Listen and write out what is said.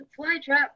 flytrap